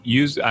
use